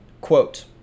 Quote